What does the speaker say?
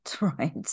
right